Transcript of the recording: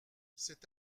c’est